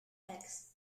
eggs